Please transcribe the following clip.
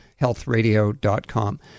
healthradio.com